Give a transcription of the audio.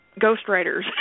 ghostwriters